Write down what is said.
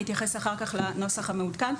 אני אתייחס אחר כך לנוסח המעודכן,